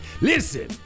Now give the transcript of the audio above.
Listen